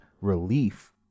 relief